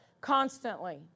constantly